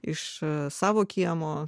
iš savo kiemo